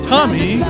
Tommy